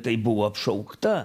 tai buvo apšaukta